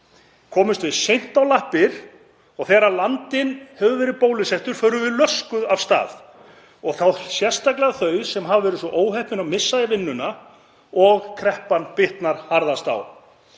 komumst við seint á lappir og þegar landinn hefur verið bólusettur förum við löskuð af stað og þá sérstaklega þau sem hafa verið svo óheppin að missa vinnuna og kreppan bitnar harðast á.